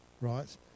right